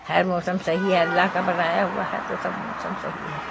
ہر موسم صحیح ہے اللہ کا بنایا ہوا ہے تو سب موسم صحیح ہے